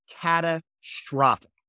catastrophic